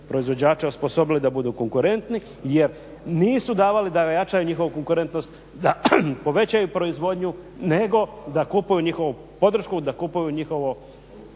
proizvođače osposobile da budu konkurentni jer nisu davali da ojačaju njihovu konkurentnost, da povećaju proizvodnju nego da kupuju njihovo podršku, da kupuju njihovu